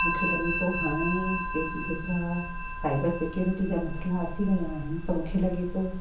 मूंखे लॻे थो हाणे जे जेतिरा साइबर सिकयोरिटी जा मसला अची विया आहिनि त मूंखे लॻे थो